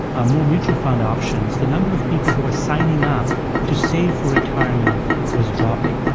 ah more mutual fund options, the number of people who were signing up to save for retirement was dropping.